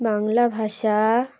বাংলা ভাষা